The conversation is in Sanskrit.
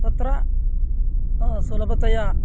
तत्र सुलभतया